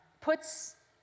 puts